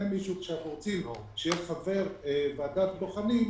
מישהו ואנחנו רוצים שיהיה חבר ועדת בוחנים,